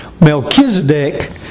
Melchizedek